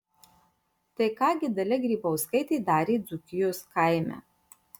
tai ką gi dalia grybauskaitė darė dzūkijos kaime